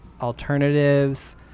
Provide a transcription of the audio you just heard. alternatives